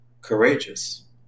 courageous